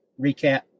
recap